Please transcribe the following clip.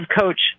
coach